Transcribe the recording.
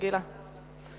גילה.